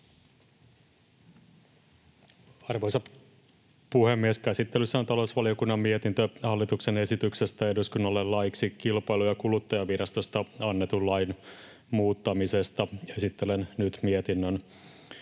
Arvoisa puhemies! Käsittelyssä on talousvaliokunnan mietintö hallituksen esityksestä eduskunnalle laiksi Kilpailu- ja kuluttajavirastosta annetun lain muuttamisesta. Esittelen nyt mietinnön.